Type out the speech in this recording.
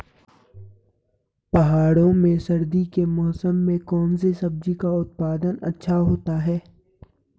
पहाड़ों में सर्दी के मौसम में कौन सी सब्जी का उत्पादन अच्छा होता है?